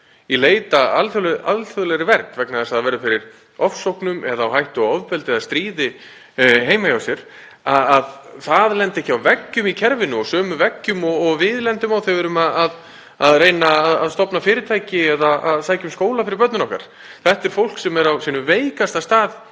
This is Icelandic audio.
í leit að alþjóðlegri vernd, vegna þess að það verður fyrir ofsóknum eða á á hættu að lenda í ofbeldi eða stríði heima hjá sér, lendi ekki á veggjum í kerfinu og sömu veggjum og við lendum á þegar við erum að reyna að stofna fyrirtæki eða sækja um skóla fyrir börnin okkar. Þetta er fólk sem er á sínum veikasta stað